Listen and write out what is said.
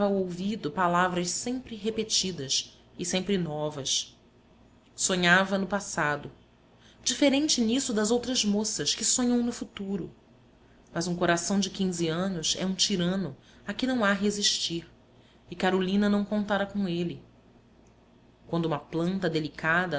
ouvido palavras sempre repetidas e sempre novas sonhava no passado diferente nisso das outras moças que sonham no futuro mas um coração de anos é um tirano a que não há resistir e carolina não contara com ele quando uma planta delicada